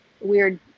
weird